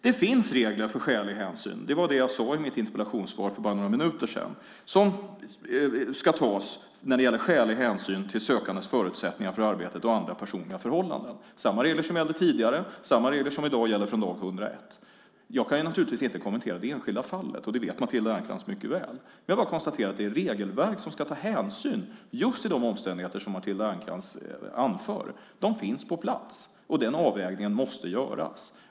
Det finns regler för skäliga hänsyn - det var det jag sade i mitt interpellationssvar för bara några minuter sedan - som ska tas till sökandes förutsättningar för arbete och andra personliga förhållanden. Samma regler som gällde tidigare gäller i dag från dag 101. Jag kan naturligtvis inte kommentera det enskilda fallet, och det vet Matilda Ernkrans mycket väl. Jag konstaterar bara att det regelverk som ska ta hänsyn just till de omständigheter som Matilda Ernkrans anför finns på plats och att den avvägningen måste göras.